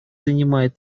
занимает